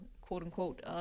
quote-unquote